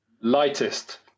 lightest